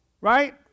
Right